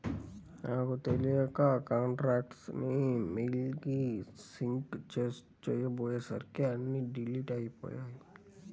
నాకు తెలియక కాంటాక్ట్స్ ని మెయిల్ కి సింక్ చేసుకోపొయ్యేసరికి అన్నీ డిలీట్ అయ్యిపొయ్యాయి